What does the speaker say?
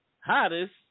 hottest